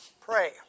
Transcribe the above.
pray